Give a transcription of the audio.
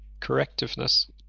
Correctiveness